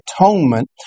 atonement